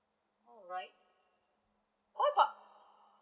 alright what about